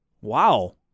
Wow